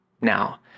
Now